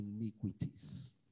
iniquities